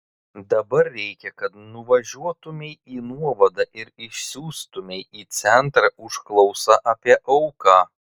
dabar reikia kad nuvažiuotumei į nuovadą ir išsiųstumei į centrą užklausą apie auką